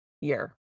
year